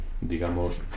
digamos